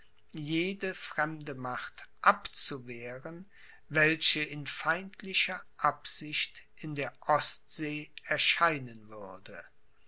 jede fremde macht abzuwehren welche in feindlicher absicht in der ostsee erscheinen würde